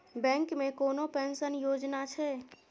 Bank मे कोनो pension योजना छै?